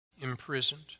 Imprisoned